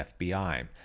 FBI